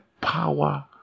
power